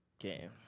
okay